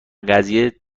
قضیه